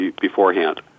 beforehand